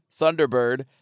Thunderbird